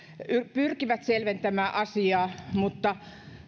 pyrkivät selventämään asiaa mutta